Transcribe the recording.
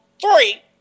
three